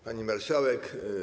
Pani Marszałek!